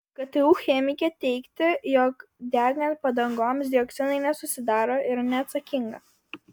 ktu chemikė teigti jog degant padangoms dioksinai nesusidaro yra neatsakinga